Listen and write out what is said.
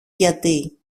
γιατί